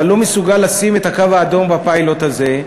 אתה לא מסוגל לשים את הקו האדום בפיילוט הזה,